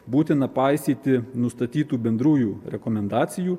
būtina paisyti nustatytų bendrųjų rekomendacijų